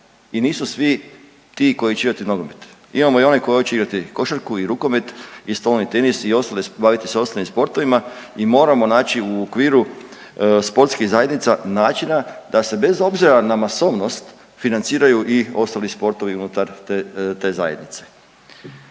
i nisu svi ti koji će igrati nogomet. Imamo i one koji hoće igrati košarku, i rukomet, i stolni tenis i baviti se ostalim sportovima i moramo naći u okviru sportskih zajednica načina da se bez obzira na masovnost financiraju i ostali sportovi unutar te zajednice.